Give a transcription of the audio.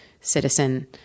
citizen